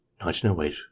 1908